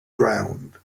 ground